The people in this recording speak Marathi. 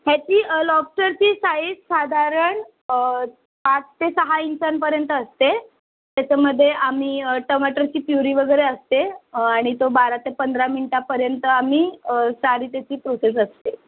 ह्याची लॉबस्टरची साईज साधारण पाच ते सहा इंचांपर्यंत असते त्याच्यामध्ये आम्ही टमाटरची प्युरी वगैरे असते आणि तो बारा ते पंधरा मिनटापर्यंत आम्ही सारी त्याची प्रोसेस असते